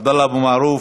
עבדאללה אבו מערוף,